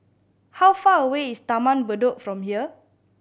how far away is Taman Bedok from here